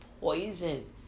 poison